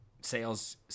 sales